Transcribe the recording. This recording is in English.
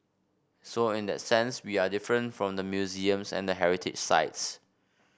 so in that sense we are different from the museums and the heritage sites